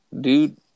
dude